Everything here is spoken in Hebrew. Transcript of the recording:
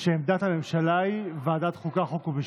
שעמדת הממשלה היא ועדת החוקה, חוק ומשפט.